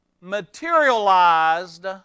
materialized